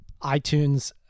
iTunes